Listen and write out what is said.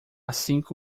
cinco